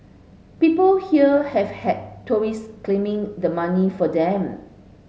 people here have had tourist claiming the money for them